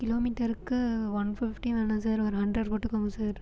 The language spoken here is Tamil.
கிலோமீட்டருக்கு ஒன் ஃபிஃப்டி வேணாம் சார் ஒரு ஹன்ரட் போட்டுக்கோங்க சார்